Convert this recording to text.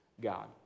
God